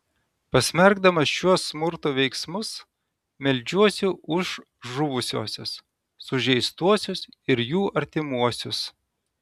pasmerkdamas šiuos smurto veiksmus meldžiuosi už žuvusiuosius sužeistuosius ir jų artimuosius